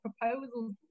proposals